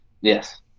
yes